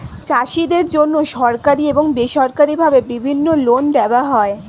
চাষীদের জন্যে সরকারি এবং বেসরকারি ভাবে বিভিন্ন লোন দেওয়া হয়